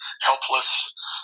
helpless